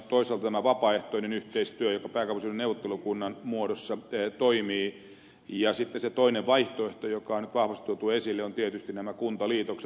meillä on nyt toisaalta tämä vapaaehtoinen yhteistyö joka pääkaupunkiseudun neuvottelukunnan muodossa toimii ja sitten se toinen vaihtoehto joka on nyt vahvasti tuotu esille on tietysti nämä kuntaliitokset